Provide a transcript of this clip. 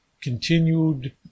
continued